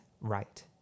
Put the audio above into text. right